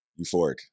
Euphoric